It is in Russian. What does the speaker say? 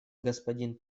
господин